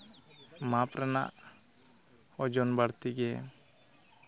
ᱢᱟᱯ ᱨᱮᱱᱟᱜ ᱳᱡᱚᱱ ᱵᱟᱹᱲᱛᱤ ᱜᱮ